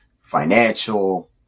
Financial